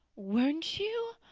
weren't you?